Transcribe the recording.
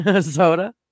Soda